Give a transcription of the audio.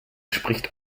spricht